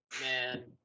Man